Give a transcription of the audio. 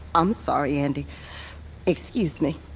i'm sorry, andi excuse me